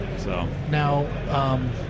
Now